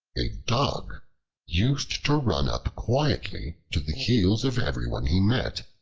a dog used to run up quietly to the heels of everyone he met,